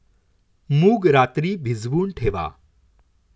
मूग रात्री भिजवून ठेवा